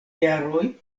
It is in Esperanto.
jaroj